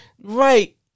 right